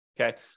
okay